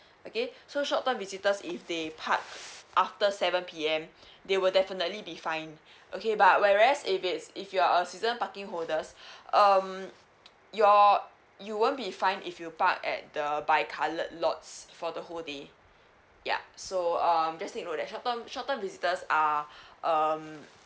okay so short term visitors if they park after seven P_M they will definitely be fined okay but whereas if it's if you're a season parking holders um your you won't be fined if you park at the bicoloured lots for the whole day yup so um just take note that short term short term visitors are um